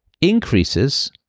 increases